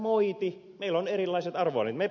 meillä on erilaiset arvovalinnat